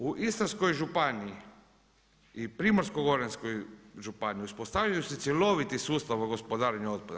U Istarskoj županiji i Primorskoj goranskoj županiji, uspostavljaju se cjeloviti sustav o gospodarenju otpada.